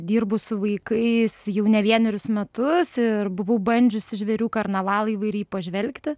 dirbu su vaikais jau ne vienerius metus ir buvau bandžiusi žvėrių karnavalą įvairiai pažvelgti